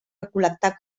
recol·lectar